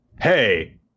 hey